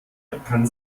kann